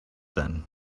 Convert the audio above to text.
then